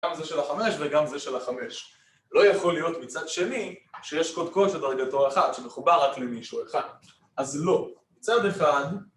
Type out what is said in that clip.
גם זה של החמש וגם זה של החמש לא יכול להיות מצד שני שיש קודקוד שדרגתו אחת שמחובר רק למישהו אחד אז לא, צד אחד